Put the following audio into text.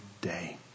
day